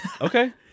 Okay